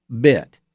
bit